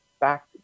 back